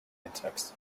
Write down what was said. insects